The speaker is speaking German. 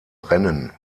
rennen